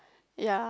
ya